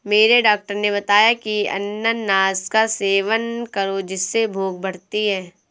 मेरे डॉक्टर ने बताया की अनानास का सेवन करो जिससे भूख बढ़ती है